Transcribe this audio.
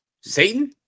Satan